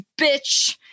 bitch